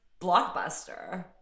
blockbuster